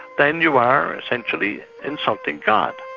then you are essentially insulting god.